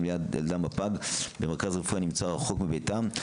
ליד ילדם הפג במרכז רפואי הנמצא רחוק מביתם,